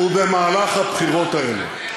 במהלך הבחירות האלה,